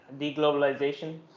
deglobalization